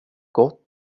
gott